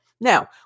Now